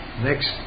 Next